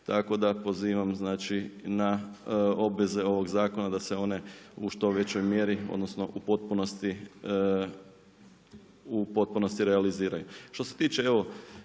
tako da pozivam na obveze ovog zakona da se one u što većoj mjeri, odnosno u potpunosti realiziraju.